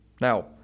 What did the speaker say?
Now